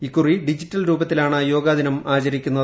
ഇക്കുറി ഡിജിറ്റൽ രൂപത്തിലാണ് യോഗദിനം ആചരിക്കുന്നത്